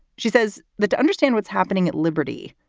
she says that to understand what's happening at liberty,